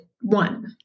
one